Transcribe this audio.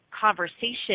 conversation